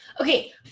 Okay